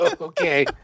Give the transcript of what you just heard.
Okay